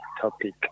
topic